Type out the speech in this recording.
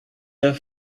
der